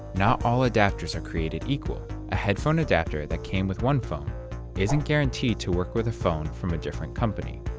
not all adapters are created equal. a headphone adapter that came with one phone isn't guaranteed to work with a phone from a different company.